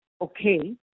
okay